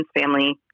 family